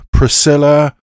Priscilla